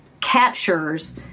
captures